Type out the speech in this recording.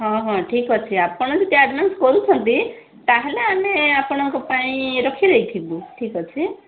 ହଁ ହଁ ଠିକ ଅଛି ଆପଣ ଯଦି ଆଡ଼ଭାନ୍ସ କରୁଛନ୍ତି ତା'ହେଲେ ଆମେ ଆପଣଙ୍କ ପାଇଁ ରଖି ଦେଇଥିବୁ ଠିକ ଅଛି